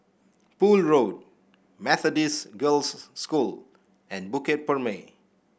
Poole Road Methodist Girls' School and Bukit Purmei